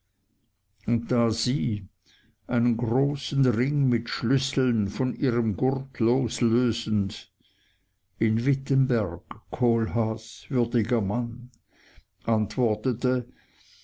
und da sie einen großen ring mit schlüsseln von ihrem gurt loslösend in wittenberg kohlhaas würdiger mann antwortete